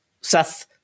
Seth